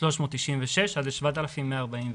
מ-6,396 עד ל-7,141.